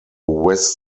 west